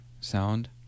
sound